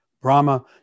Brahma